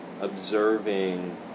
observing